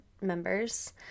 members